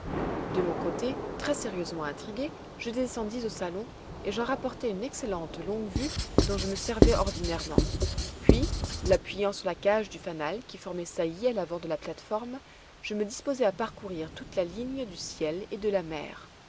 de mon côté très sérieusement intrigué je descendis au salon et j'en rapportai une excellente longue-vue dont je me servais ordinairement puis l'appuyant sur la cage du fanal qui formait saillie à l'avant de la plate-forme je me disposai à parcourir toute la ligne du ciel et de la mer